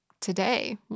today